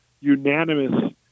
unanimous